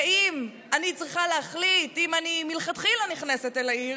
ואם אני צריכה להחליט אם אני מלכתחילה נכנסת אל העיר,